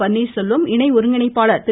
பன்னீர் செல்வம் இணை ஒருங்கிணைப்பாளர் திரு